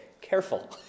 careful